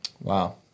wow